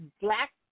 black